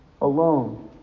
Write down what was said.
alone